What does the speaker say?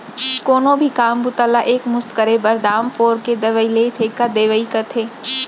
कोनो भी काम बूता ला एक मुस्त करे बर, दाम फोर के देवइ ल ठेका देवई कथें